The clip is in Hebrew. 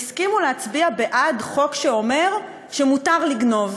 והסכימו להצביע בעד חוק שאומר שמותר לגנוב.